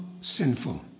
sinful